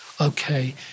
okay